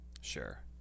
Sure